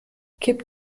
kippt